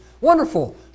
wonderful